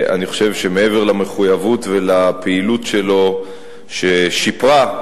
מעבר למחויבות ולפעילות שלו ששיפרה,